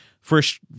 first